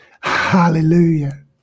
Hallelujah